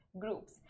groups